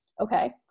Okay